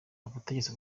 abategetsi